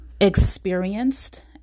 experienced